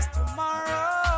tomorrow